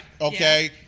Okay